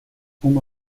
uma